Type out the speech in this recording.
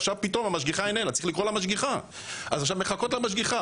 ועכשיו צריך לקרוא למשגיחה ואז הן מחכות למשגיחה.